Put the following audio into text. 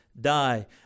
Die